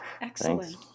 Excellent